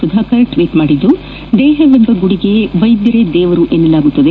Sudhakar tweet ಮಾಡಿ ದೇಹವೆಂಬ ಗುಡಿಗೆ ವೈದ್ಯರೇ ದೇವರು ಎನ್ನಲಾಗುತ್ತದೆ